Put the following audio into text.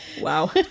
Wow